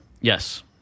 Yes